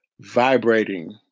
vibrating